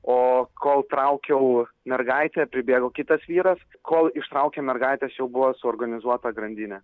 o kol traukiau o mergaitė pribėgo kitas vyras kol ištraukė mergaites jau buvo suorganizuota grandinė